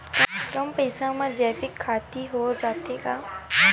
कम पईसा मा जैविक खेती हो जाथे का?